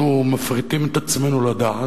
אנחנו מפריטים את עצמנו לדעת.